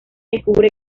descubre